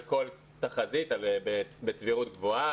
על כל תחזית בסבירות גבוהה,